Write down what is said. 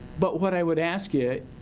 but would i would ask ya,